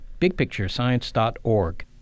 bigpicturescience.org